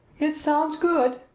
it sounds good,